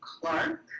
Clark